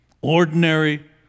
Ordinary